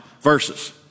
verses